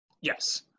Yes